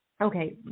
Okay